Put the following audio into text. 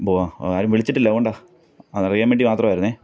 bower ആരും വിളിച്ചിട്ടില്ല അതുകൊണ്ടാണ് അതറിയാന് വേണ്ടി മാത്രമായിരുന്നു